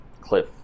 cliff